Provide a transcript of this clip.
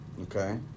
Okay